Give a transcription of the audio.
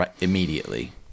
immediately